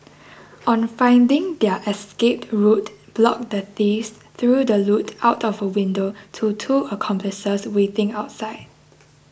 on finding their escape route blocked the thieves threw the loot out of a window to two accomplices waiting outside